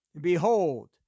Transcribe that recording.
Behold